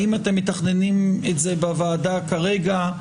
האם אתם מתכננים את זה בוועדה כרגע?